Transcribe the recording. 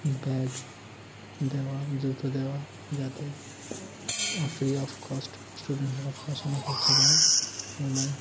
bag দেওয়া জুতো দেওয়া যাতে ফ্রি অফ কস্ট স্টুডেন্টরা পড়াশোনা করতে পারে এবং